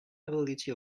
ability